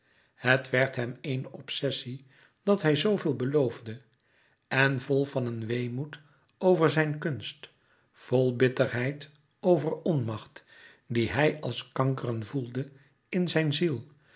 het werd hem eene obsessie dat hij zooveel beloofde en vol van weemoed over zijn kunst vol bitterheid over onmacht die hij als kankeren voelde in zijn ziel